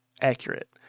accurate